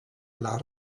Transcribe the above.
alla